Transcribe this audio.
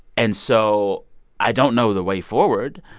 and so i don't know the way forward.